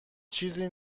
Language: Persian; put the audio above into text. چیزی